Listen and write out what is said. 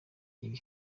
ibi